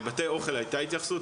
לבתי אוכל הייתה התייחסות,